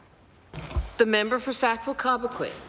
the member for sackville-cobequid.